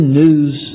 news